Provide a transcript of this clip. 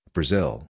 Brazil